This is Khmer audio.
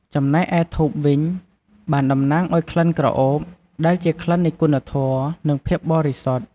ចំណែកឯធូបវិញបានតំណាងឲ្យក្លិនក្រអូប ដែលជាក្លិននៃគុណធម៌ និងភាពបរិសុទ្ធ។